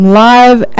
live